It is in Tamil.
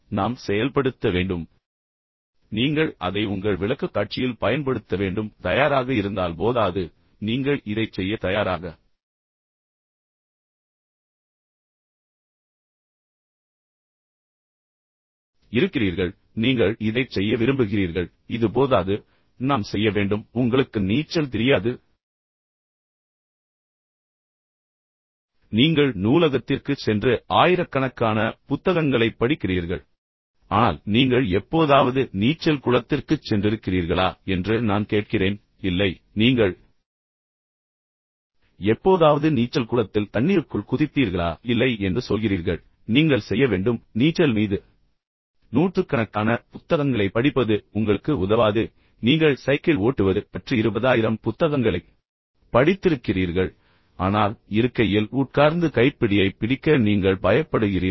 நாம் செயல்படுத்த வேண்டும் நீங்கள் அதை உங்கள் விளக்கக்காட்சியில் பயன்படுத்த வேண்டும் தயாராக இருந்தால் போதாது நீங்கள் இதைச் செய்ய தயாராக இருக்கிறீர்கள் நீங்கள் இதைச் செய்ய விரும்புகிறீர்கள் இது போதாது நாம் செய்ய வேண்டும் அப்படியென்றால் உங்களுக்கு நீச்சல் தெரியாது நீங்கள் நூலகத்திற்குச் சென்று டன் கணக்கான ஆயிரக்கணக்கான புத்தகங்களைப் படிக்கிறீர்கள் என்று வைத்துக்கொள்வோம் ஆனால் நீங்கள் எப்போதாவது நீச்சல் குளத்திற்குச் சென்றிருக்கிறீர்களா என்று நான் கேட்கிறேன் இல்லை நீங்கள் எப்போதாவது நீச்சல் குளத்தில் தண்ணீருக்குள் குதித்தீர்களா இல்லை என்று சொல்கிறீர்கள் நீங்கள் செய்ய வேண்டும் நீச்சல் மீது நூற்றுக்கணக்கான புத்தகங்களைப் படிப்பது உங்களுக்கு உதவாது நீங்கள் சைக்கிள் ஓட்டுவது பற்றி 20000 புத்தகங்களைப் படித்திருக்கிறீர்கள் ஆனால் இருக்கையில் உட்கார்ந்து கைப்பிடியைப் பிடிக்க நீங்கள் பயப்படுகிறீர்கள்